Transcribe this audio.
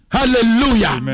Hallelujah